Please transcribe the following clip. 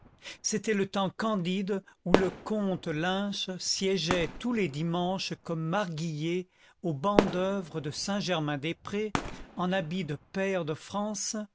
c'était le temps candide où le comte lynch siégeait tous les dimanches comme marguillier au banc d'oeuvre de saint-germain-des-prés en habit de pair de france